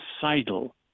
suicidal